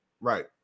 right